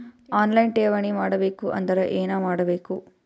On line ಠೇವಣಿ ಮಾಡಬೇಕು ಅಂದರ ಏನ ಮಾಡಬೇಕು?